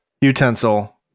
utensil